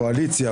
קואליציה,